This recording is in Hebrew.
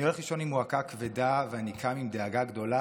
אני הולך לישון עם מועקה כבדה ואני קם עם דאגה גדולה,